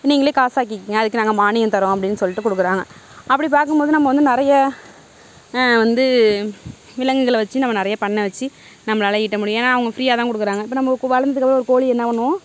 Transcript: நீங்களே காசாக்கிக்குங்க அதுக்கு நாங்கள் மானியம் தரோம் அப்படினு சொல்லிட்டு கொடுக்குறாங்க அப்படி பார்க்கும் போது நம்ம வந்து நிறைய வந்து விலங்குகளை வச்சு நம்ம நிறைய பண்ணை வச்சு நம்மளால் ஈட்ட முடியும் ஏன்னால் அவங்க ஃபிரீயாக தான் கொடுக்குறாங்க இப்போ நம்மளுக்கு வளர்ந்து ஒரு கோழி என்ன பண்ணுவோம்